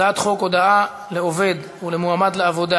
הצעת חוק הודעה לעובד ולמועמד לעבודה